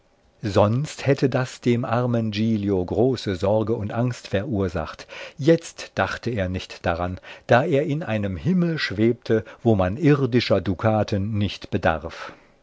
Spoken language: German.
sonst hätte das dem armen giglio große sorge und angst verursacht jetzt dachte er nicht daran da er in einem himmel schwebte wo man irdischer dukaten nicht bedarf